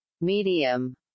medium